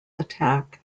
attack